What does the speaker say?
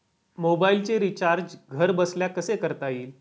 मोबाइलचे रिचार्ज घरबसल्या कसे करता येईल?